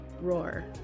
roar